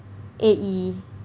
A_E